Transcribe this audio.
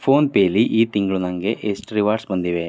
ಫೋನ್ಪೇಲಿ ಈ ತಿಂಗಳು ನನಗೆ ಎಷ್ಟು ರಿವಾರ್ಡ್ಸ್ ಬಂದಿವೆ